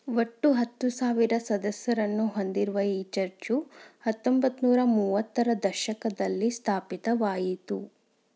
ಒಟ್ಟು ಹತ್ತು ಸಾವಿರ ಸದಸ್ಯರನ್ನು ಹೊಂದಿರುವ ಈ ಚರ್ಚ್ ಹತ್ತೊಂಬತ್ತನೂರ ಮೂವತ್ತರ ದಶಕದಲ್ಲಿ ಸ್ಥಾಪಿತವಾಯಿತು